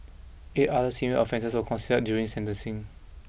eight other similar offences were considered during sentencing